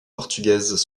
portugaises